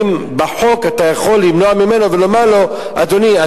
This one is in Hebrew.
בחוק אתה יכול למנוע ממנו ולומר לו: אדוני,